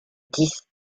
dix